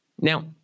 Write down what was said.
Now